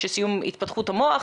סיום התפתחות המוח,